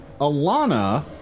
Alana